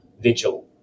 vigil